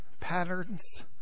patterns